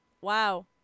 Wow